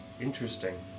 Interesting